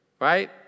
right